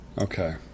Okay